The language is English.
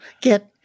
get